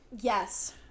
Yes